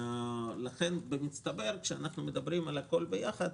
לכן במצטבר כשאנחנו מדברים על הכול ביחד,